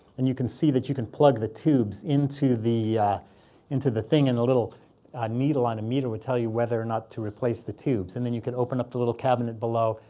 and you can see that you can plug the tubes into the into the thing, and a little needle on a meter would tell you whether or not to replace the tubes. and then you could open up the little cabinet below,